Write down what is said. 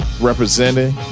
representing